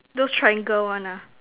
those triangle one ah